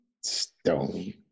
Stone